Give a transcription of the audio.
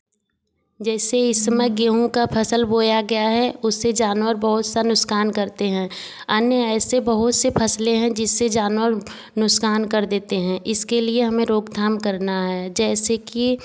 जैसे इस समय गेहूँ का फ़सल बोया गया है उससे जानवर बहुत सा नुकसान करते हैं अन्य ऐसे बहुत से फ़सलें हैं जिससे जानवर नुकसान कर देते हैं इसके लिए हमें रोक थाम करना है जैसे की